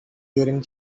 during